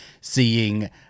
seeing